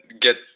get